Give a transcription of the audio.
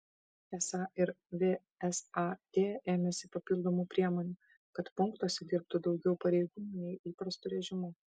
esą ir vsat ėmėsi papildomų priemonių kad punktuose dirbtų daugiau pareigūnų nei įprastu režimu